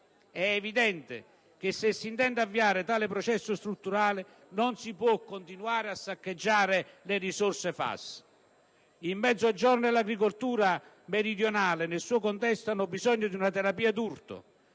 È evidente che, se si intende avviare tale processo strutturale, non si può continuare a saccheggiare le risorse FAS. Il Mezzogiorno e l'agricoltura meridionale nel suo contesto, hanno bisogno di una terapia d'urto